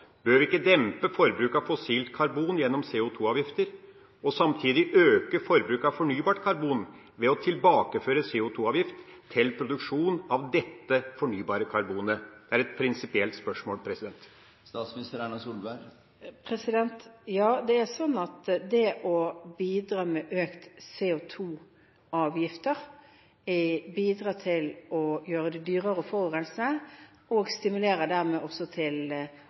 Bør vi ikke dempe forbruket av fossilt karbon gjennom CO2-avgifter, og samtidig øke forbruket av fornybart karbon ved å tilbakeføre CO2-avgift til produksjon av dette fornybare karbonet? Det er et prinsipielt spørsmål. Ja, det er sånn at det å innføre økte CO2-avgifter bidrar til å gjøre det dyrere å forurense, og stimulerer dermed også til